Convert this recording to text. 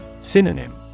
Synonym